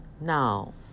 Now